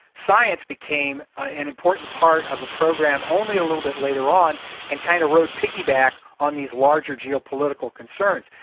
science became ah an important part of the program. only a little bit later on and kind of rode piggy-back on these larger geopolitical concerns.